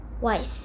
Wife